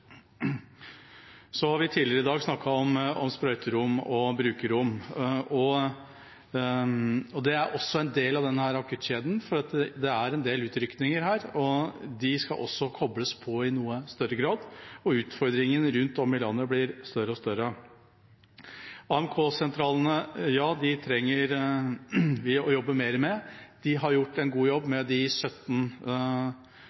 Vi har tidligere i dag snakket om sprøyterom og brukerrom. Det er også en del av denne akuttkjeden, for det er en del utrykninger. De skal også kobles på i noe større grad, og utfordringene rundt om i landet blir større og større. AMK-sentralene trenger vi å jobbe mer med. De 17 vi har i dag, har gjort en god jobb,